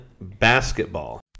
basketball